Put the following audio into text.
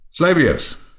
Slavius